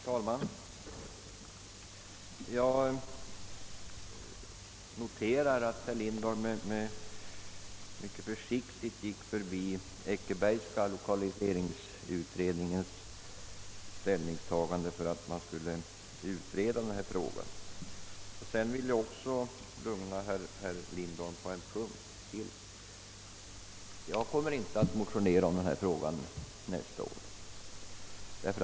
Herr talman! Jag noterar att herr Lindholm mycket försiktigt gick förbi den : Eckerbergska lokaliseringsutredningens ställningstagande för en utredning i denna fråga. Jag vill dessutom lugna herr Lindholm på en punkt: jag kommer inte att motionerna i denna fråga nästa år.